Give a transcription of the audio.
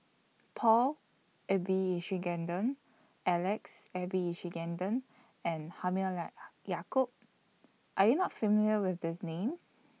Paul Abisheganaden Alex Abisheganaden and Yacob Are YOU not familiar with These Names